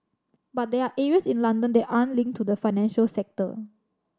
but there are areas in London that aren't linked to the financial sector